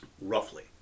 roughly